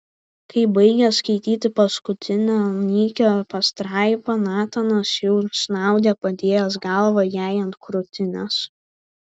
kai baigė skaityti paskutinę nykią pastraipą natanas jau snaudė padėjęs galvą jai ant krūtinės